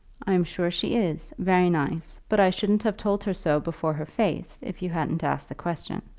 i'm sure she is very nice. but i shouldn't have told her so before her face, if you hadn't asked the question.